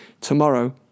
tomorrow